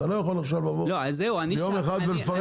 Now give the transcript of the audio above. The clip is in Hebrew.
אתה לא יכול עכשיו לבוא יום אחד ולפרק הכול.